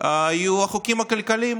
יהיו החוקים הכלכליים,